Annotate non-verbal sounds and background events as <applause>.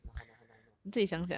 <noise> !hanna! !hanna! !hanna!